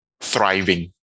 thriving